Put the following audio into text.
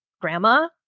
Grandma